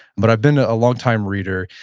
but i've been ah a longtime reader.